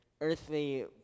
earthly